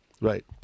Right